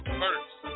first